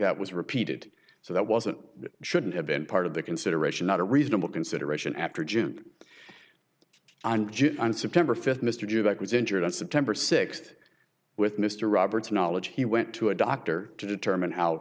that was repeated so that wasn't shouldn't have been part of the consideration not a reasonable consideration after june and july and september fifth mr jack was injured on september sixth with mr robert's knowledge he went to a doctor to determine how